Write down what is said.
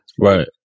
Right